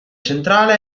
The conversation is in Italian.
centrale